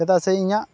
ᱪᱮᱫᱟᱜ ᱥᱮ ᱤᱧᱟᱹᱜ